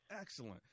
Excellent